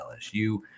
LSU